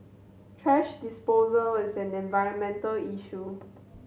thrash disposal is an environmental issue